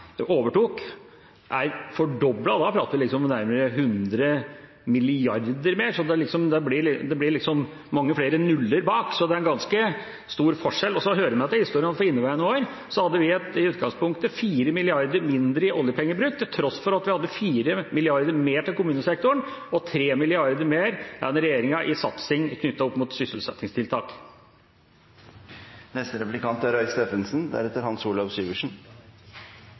overtok, er fordoblet – og da snakker vi om nærmere 100 mrd. kr mer, så det blir liksom mange flere nuller bak. Det er en ganske stor forskjell, og så hører det med til historien at for inneværende år hadde vi i utgangspunktet 4 mrd. kr mindre i oljepengebruk, til tross for at vi hadde 4 mrd. kr mer til kommunesektoren og 3 mrd. kr mer enn regjeringa til satsing på sysselsettingstiltak.